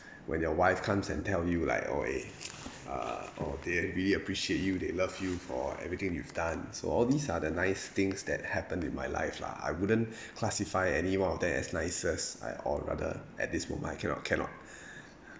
when your wife comes and tell you like oh eh uh oh they really appreciate you they love you for everything you've done so all these are the nice things that happen in my life lah I wouldn't classify any one of them as nicest I or rather at this moment I cannot cannot